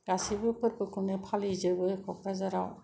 गासिबो फोरबोखौनो फालिजोबो क'क्राझाराव